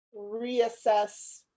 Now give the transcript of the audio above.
reassess